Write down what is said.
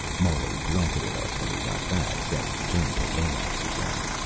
muller grunted at us when we got back, then turned to lomax again.